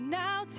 now